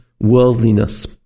worldliness